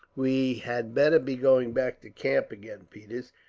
we had better be going back to camp again, peters.